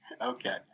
Okay